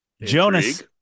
Jonas